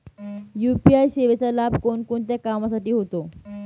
UPI सेवेचा लाभ कोणकोणत्या कामासाठी होतो?